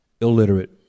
illiterate